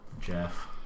Jeff